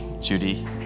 Judy